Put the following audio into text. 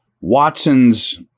Watson's